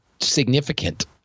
significant